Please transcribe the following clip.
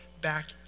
back